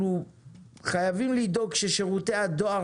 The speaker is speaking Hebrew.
אנחנו חייבים לדאוג ששירותי הדואר